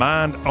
Mind